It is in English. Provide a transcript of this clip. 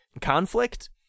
conflict